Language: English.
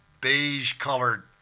beige-colored